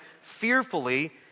fearfully